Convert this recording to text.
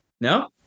No